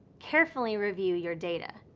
carefully review your data.